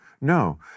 No